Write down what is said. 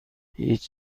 هیچ